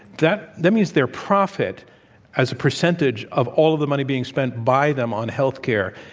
that that means their profit as a percentage of all of the money being spent by them on healthcare,